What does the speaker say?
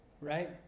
right